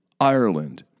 Ireland